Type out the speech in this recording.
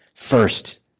First